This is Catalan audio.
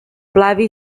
flavi